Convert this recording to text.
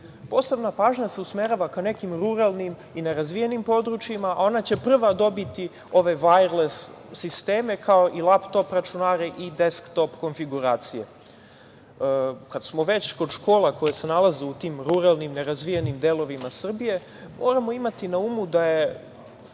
Posebna pažnja se usmerava ka nekim ruralnim i nerazvijenim područjima, a ona će prva dobiti ove vajles sisteme, kao i laptop računare i desktop konfiguracije. Kad smo već kod škola koje se nalaze u tim ruralnim, nerazvijenim delovima Srbije moramo imati na umu da je